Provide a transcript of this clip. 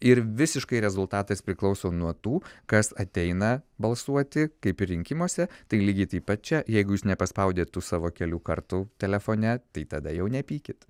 ir visiškai rezultatas priklauso nuo tų kas ateina balsuoti kaip ir rinkimuose tai lygiai taip pat čia jeigu jūs nepaspaudėt tų savo kelių kartų telefone tai tada jau nepykit